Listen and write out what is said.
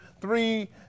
three